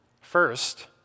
First